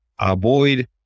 avoid